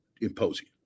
imposing